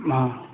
मां